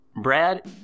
Brad